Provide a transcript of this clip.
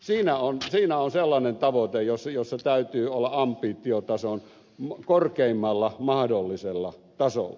siinä on sellainen tavoite jossa täytyy olla ambitiotason korkeimmalla mahdollisella tasolla